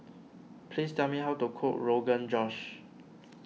please tell me how to cook Rogan Josh